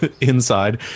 inside